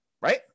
right